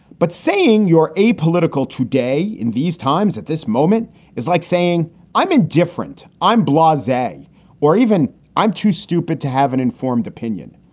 but saying you are apolitical today in these times at this moment is like saying i'm indifferent, i'm blase, or even i'm too stupid to have an informed opinion,